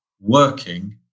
working